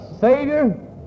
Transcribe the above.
Savior